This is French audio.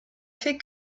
fait